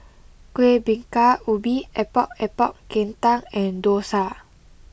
Kueh Bingka Ubi Epok Epok Kentang and Dosa